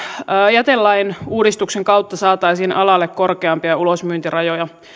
jätelain uudistuksen kautta saataisiin alalle korkeampia ulosmyyntirajoja